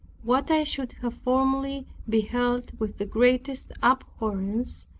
what i should have formerly beheld with the greatest abhorrence,